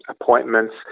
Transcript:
appointments